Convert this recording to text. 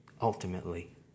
ultimately